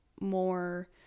more